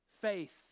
faith